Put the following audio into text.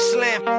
Slim